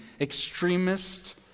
extremist